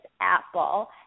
apple